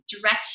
direct